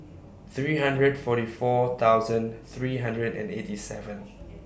three hundred forty four thousand three hundred and eighty seven